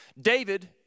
David